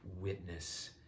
witness